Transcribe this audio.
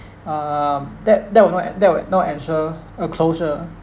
um that that will not en~ that will not ensure a closure